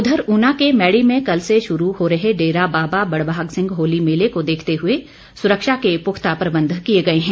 उधर ऊना के मैड़ी में कल से शुरू हो रहे डेरा बाबा बड़भाग सिंह होली मेले को देखते हुए सुरक्षा के पुख्ता प्रबंध किए गए हैं